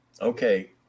okay